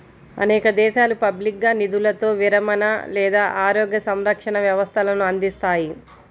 అనేక దేశాలు పబ్లిక్గా నిధులతో విరమణ లేదా ఆరోగ్య సంరక్షణ వ్యవస్థలను అందిస్తాయి